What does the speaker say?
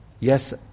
Yes